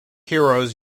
heroes